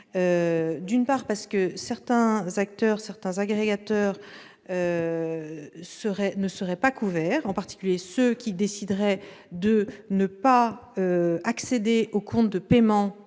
protection proposée nous a gênés : certains agrégateurs ne seraient pas couverts, en particulier ceux qui décideraient de ne pas accéder aux comptes de paiement